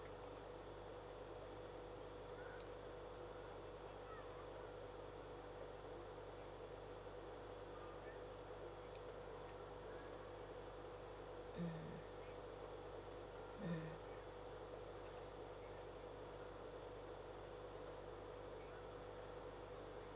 mm mm